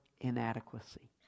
inadequacy